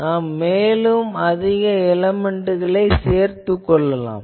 நாம் மேலும் அதிக எலேமென்ட்களை சேர்த்துக் கொள்ளலாம்